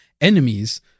enemies